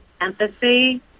empathy